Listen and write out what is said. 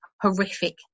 Horrific